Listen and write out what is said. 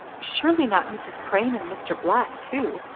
surely not mrs. crane and mr. black, too!